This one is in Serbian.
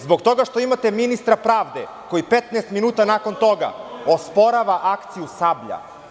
Zbog toga što imate ministra pravde koji 15 minuta nakon toga osporava akciju „Sablja“